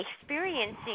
experiencing